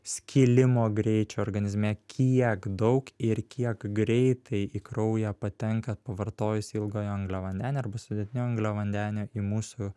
skilimo greičio organizme kiek daug ir kiek greitai į kraują patenka pavartojus ilgojo angliavandenio arba sudėtinių angliavandenių į mūsų